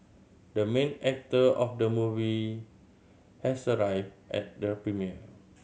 the main actor of the movie has arrived at the premiere